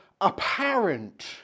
apparent